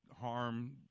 harm